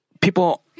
People